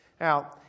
Now